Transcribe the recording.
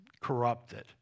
corrupted